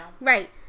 Right